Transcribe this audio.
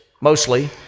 mostly